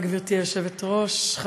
התשע"ז 2017, מאת